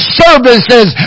services